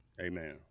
Amen